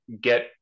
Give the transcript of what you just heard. get